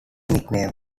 nickname